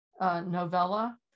novella